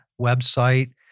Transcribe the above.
website